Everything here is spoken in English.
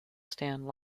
stand